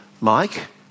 Mike